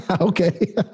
Okay